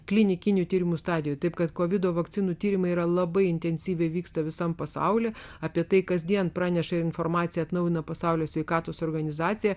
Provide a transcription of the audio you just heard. klinikinių tyrimų stadijoje taip kad kovido vakcinų tyrimai yra labai intensyviai vyksta visam pasaulyje apie tai kasdien praneša informaciją atnaujina pasaulio sveikatos organizacija